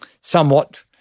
somewhat